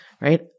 right